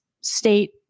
state